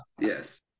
yes